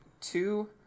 two